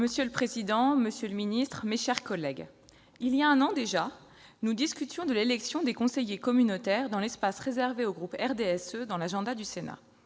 Monsieur le président, monsieur le ministre, mes chers collègues, voilà déjà un an, nous discutions de l'élection des conseillers communautaires dans le cadre de l'espace réservé au groupe du RDSE au sein de l'agenda du Sénat.